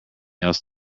else